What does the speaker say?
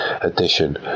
edition